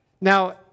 Now